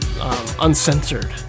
uncensored